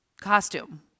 costume